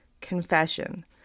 confession